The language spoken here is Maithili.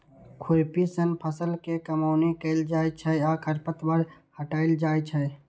खुरपी सं फसल के कमौनी कैल जाइ छै आ खरपतवार हटाएल जाइ छै